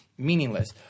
meaningless